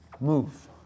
move